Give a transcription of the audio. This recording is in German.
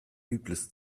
übles